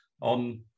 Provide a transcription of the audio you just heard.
on